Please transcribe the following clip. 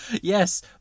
Yes